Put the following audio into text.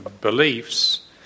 Beliefs